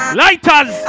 lighters